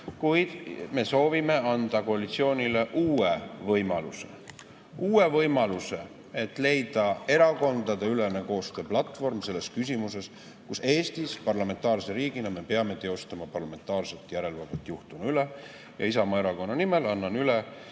kuid me soovime anda koalitsioonile uue võimaluse. Uue võimaluse, et leida erakondadeülene koostööplatvorm selles küsimuses. Eestis kui parlamentaarses riigis me peame teostama parlamentaarset järelevalvet juhtunu üle. Isamaa Erakonna nimel annan üle